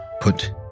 put